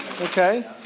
Okay